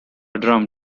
drum